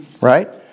Right